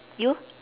you